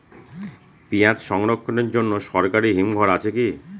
পিয়াজ সংরক্ষণের জন্য সরকারি হিমঘর আছে কি?